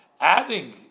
adding